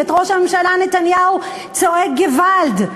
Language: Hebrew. את ראש הממשלה נתניהו צועק "געוואלד".